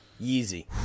Yeezy